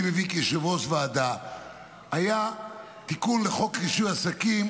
מביא כיושב-ראש ועדה הייתה תיקון לחוק רישוי עסקים,